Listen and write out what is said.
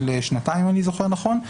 של שנתיים אם אני זוכר נכון,